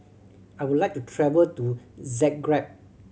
I would like to travel to Zagreb